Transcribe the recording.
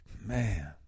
Man